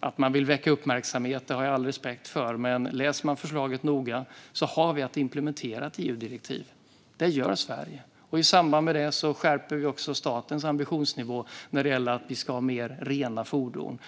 sätt att väcka uppmärksamhet - det har jag all respekt för - men om man läser förslaget noggrant framkommer det att vi har att implementera ett EU-direktiv. Det gör Sverige. I samband med det skärper vi statens ambitionsnivå när det gäller att ha fler rena fordon.